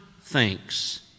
thanks